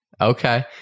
Okay